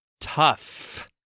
Tough